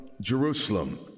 Jerusalem